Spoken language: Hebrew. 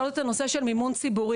להעלות את הנושא של מימון ציבורי.